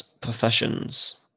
professions